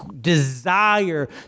desire